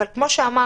אבל, כמו שאמרתי: